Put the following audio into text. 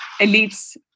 elites